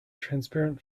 transparent